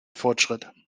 fortschritt